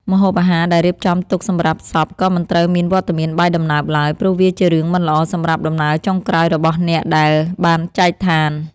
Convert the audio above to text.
ម្ហូបអាហារដែលរៀបចំទុកសម្រាប់សពក៏មិនត្រូវមានវត្តមានបាយដំណើបឡើយព្រោះវាជារឿងមិនល្អសម្រាប់ដំណើរចុងក្រោយរបស់អ្នកដែលបានចែកឋាន។